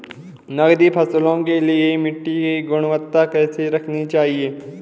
नकदी फसलों के लिए मिट्टी की गुणवत्ता कैसी रखनी चाहिए?